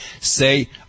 Say